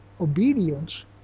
obedience